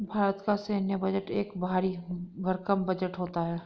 भारत का सैन्य बजट एक भरी भरकम बजट होता है